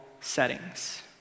settings